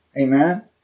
Amen